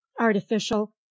artificial